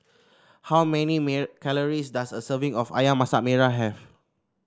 how many calories does a serving of ayam Masak Merah have